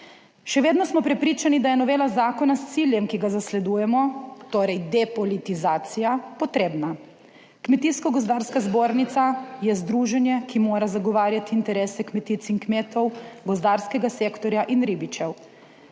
Še vedno smo prepričani, da je novela zakona s ciljem, ki ga zasledujemo, torej depolitizacija, potrebna. Kmetijsko gozdarska zbornica je združenje, ki mora zagovarjati interese kmetic in kmetov, gozdarskega sektorja in ribičev.